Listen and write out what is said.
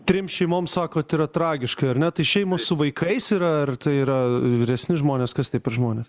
trims šeimoms sakot yra tragiška ar ne tai šeimos su vaikais yra ar tai yra vyresni žmonės kas tie žmonės